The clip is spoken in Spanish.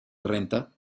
renta